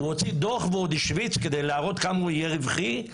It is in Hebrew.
הוציא דוח ועוד השוויץ כמה הוא יהיה רווחי,